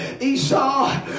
Esau